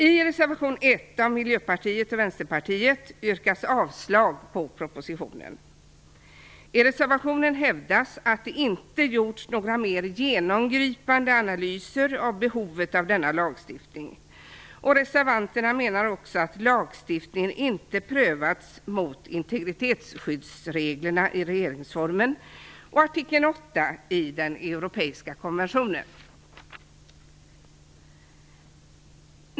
I reservation 1 av Miljöpartiet och Vänsterpartiet yrkas det avslag på propositionen. I reservationen hävdar man att det inte gjorts några mer övergripande analyser av behovet av denna lagstiftning. Reservanterna menar också att lagstiftningen inte prövats mot integritetsskyddsreglerna i regeringsformen och artikel 8 i den europeiska konventionen.